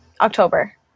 October